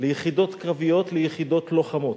ליחידות קרביות, ליחידות לוחמות.